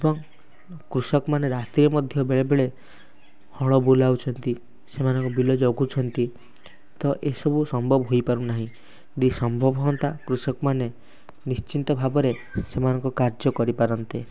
ଏବଂ କୃଷକମାନେ ରାତିରେ ମଧ୍ୟ ବେଳେ ବେଳେ ହଳ ବୁଲାଉଛନ୍ତି ସେମାନଙ୍କ ବିଲ ଜଗୁଛନ୍ତି ତ ଏ ସବୁ ସମ୍ଭବ ହୋଇପାରୁ ନାହିଁ ସମ୍ଭବ ହୁଅନ୍ତା କୃଷକମାନେ ନିଶ୍ଚିନ୍ତ ଭାବରେ ସେମାନଙ୍କ କାର୍ଯ୍ୟ କରିପାରନ୍ତେ